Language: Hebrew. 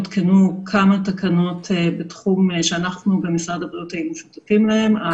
הותקנו כמה תקנות בתחום שאנחנו במשרד הבריאות היינו שותפים להן.